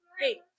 Hey